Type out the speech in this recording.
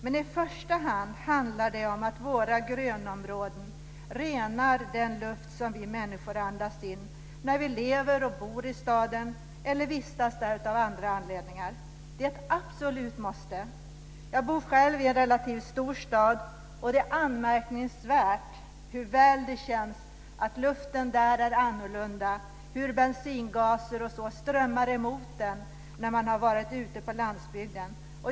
I första hand handlar det om att våra grönområden renar den luft som vi människor andas in när vi lever och bor i staden eller vistas där av andra anledningar. Det är ett absolut måste. Jag bor själv i en relativt stor stad, och det är anmärkningsvärt hur väl det känns att luften där är annorlunda. Bensingaser strömmar emot en när man har varit ute på landsbygden.